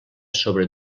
sobre